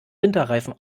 winterreifen